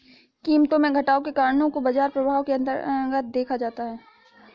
कीमतों में घटाव के कारणों को बाजार प्रभाव के अन्तर्गत देखा जाता है